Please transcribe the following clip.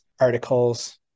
articles